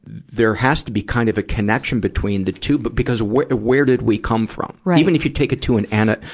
there has to be kind of a connection between the two. but because where, where did we come from? even if you take it to an ana, ah,